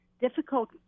Difficult